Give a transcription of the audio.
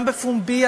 גם בפומבי,